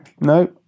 No